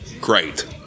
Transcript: great